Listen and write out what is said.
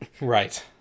right